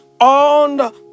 on